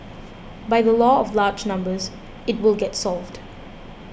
by the law of large numbers it will get solved